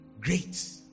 great